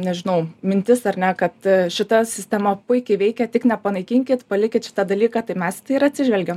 nežinau mintis ar ne kad šita sistema puikiai veikia tik nepanaikinkit palikit šitą dalyką tai mes į tai ir atsižvelgiam